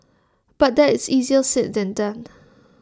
but that is easier said than done